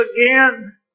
again